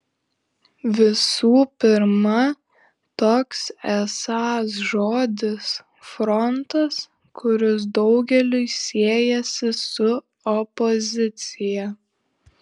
visų pirma toks esąs žodis frontas kuris daugeliui siejasi su opozicija